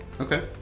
Okay